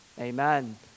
Amen